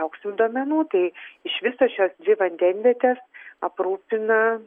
lauksim duomenų tai iš viso šios dvi vandenvietės aprūpina